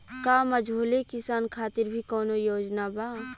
का मझोले किसान खातिर भी कौनो योजना बा?